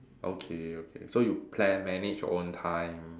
okay okay so you plan manage your own time